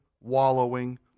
wallowing